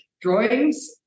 drawings